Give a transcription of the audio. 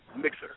mixer